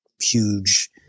huge